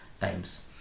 times